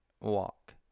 walk